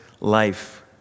life